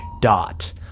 dot